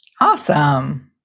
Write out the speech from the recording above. Awesome